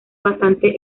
bastante